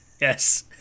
yes